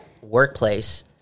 workplace